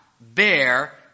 bear